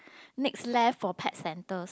next left for pet centre